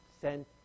Sent